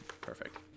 Perfect